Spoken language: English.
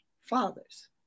fathers